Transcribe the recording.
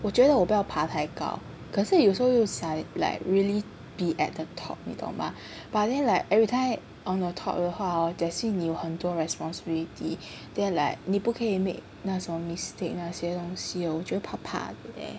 我觉得我不要爬太高可是有时候又 like really be at the top 你懂吗 but then like everytime on the top 的话 that means 你有很多 responsibility then like 你不可以 make 那种 mistake 那些东西我觉得怕怕的